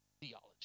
theology